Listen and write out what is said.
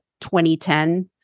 2010